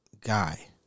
Guy